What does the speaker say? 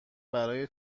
برای